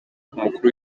nk’umukuru